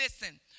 Listen